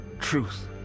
truth